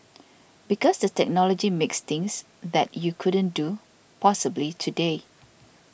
because the technology makes things that you couldn't do possibly today